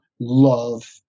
love